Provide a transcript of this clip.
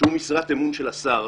שהוא משרת אמון של השר,